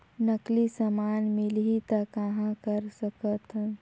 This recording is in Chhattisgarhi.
नकली समान मिलही त कहां कर सकथन?